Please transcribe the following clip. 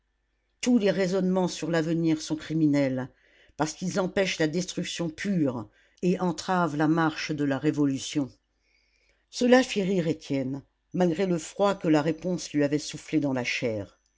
tous les raisonnements sur l'avenir sont criminels parce qu'ils empêchent la destruction pure et entravent la marche de la révolution cela fit rire étienne malgré le froid que la réponse lui avait soufflé sur la chair